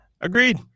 Agreed